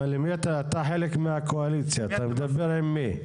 אתה חלק מהקואליציה, אתה מדבר עם מי?